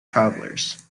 travelers